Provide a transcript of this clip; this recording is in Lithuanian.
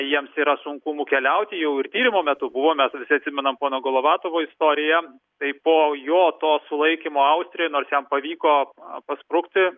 jiems yra sunkumų keliauti jau ir tyrimo metu buvom mes visi atsimenam pono golovatovo istoriją tai po jo to sulaikymo austrijoj nors jam pavyko pasprukti